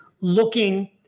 looking